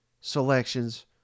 selections